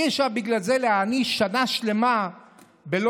אי-אפשר בגלל זה להעניש שנה שלמה ולא